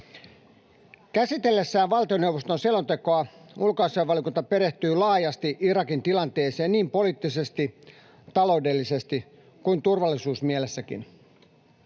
Käsitellessään valtioneuvoston selontekoa ulkoasiainvaliokunta perehtyi laajasti Irakin tilanteeseen niin poliittisesti, taloudellisesti kuin turvallisuusmielessäkin.